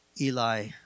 Eli